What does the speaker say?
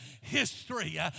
history